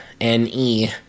N-E